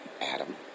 Adam